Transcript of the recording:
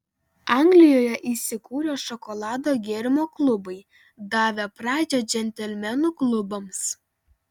anglijoje įsikūrė šokolado gėrimo klubai davę pradžią džentelmenų klubams